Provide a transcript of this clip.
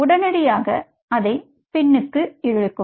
உடனடியாக அதை பின்னால் இழுக்கும்